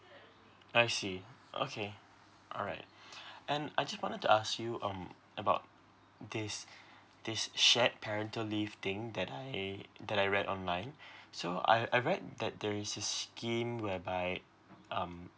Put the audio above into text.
I see okay alright and I just wanted to ask you um about this this shared parental leave thing that I that I read online so I I read that there is this scheme whereby um